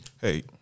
Hey